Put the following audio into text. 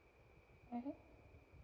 mmhmm